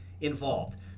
involved